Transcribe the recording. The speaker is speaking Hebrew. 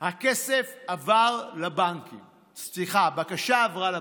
הכסף עבר לבנקים, סליחה, הבקשה עברה לבנקים.